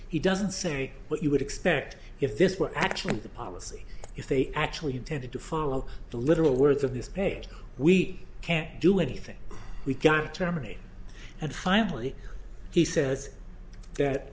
he doesn't say what you would expect if this were actually the policy if they actually tended to follow the literal words of this page we can't do anything we can terminate and finally he says that